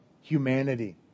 humanity